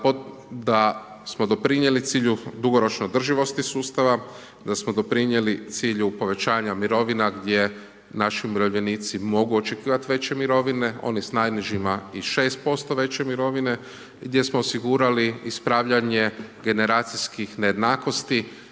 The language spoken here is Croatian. da smo doprinijeli cilju dugoročne održivosti sustava, da smo doprinijeli cilju povećanja mirovina gdje naši umirovljenici mogu očekivati veće mirovine, oni s najnižima i 6% veće mirovine, gdje smo osigurali ispravljanje generacijskih nejednakosti